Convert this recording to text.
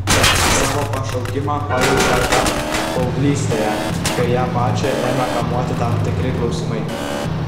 savo pašaukimą pajautė dar paauglystėje kai ją pačią ėmė kamuoti tam tikri klausimai